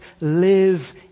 live